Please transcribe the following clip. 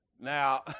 Now